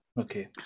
Okay